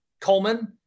Coleman